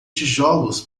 tijolos